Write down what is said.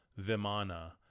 Vimana